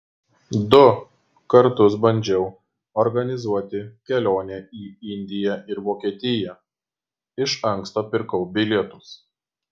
du kartus bandžiau organizuoti kelionę į indiją ir vokietiją iš anksto pirkau bilietus